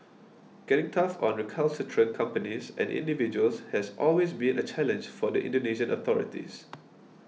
getting tough on recalcitrant companies and individuals has always been a challenge for the Indonesian authorities